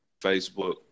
Facebook